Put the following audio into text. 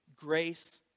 Grace